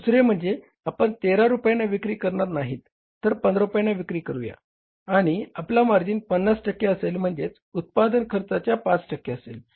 दुसरे म्हणजे आपण 13 रुपयांना विक्री करणार नाहीत तर 15 रुपयांना विक्री करूया आणि आपला मार्जिन 50 टक्के असेल म्हणजे उत्पादन खर्चाच्या 5 टक्के असेल